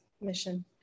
mission